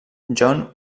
john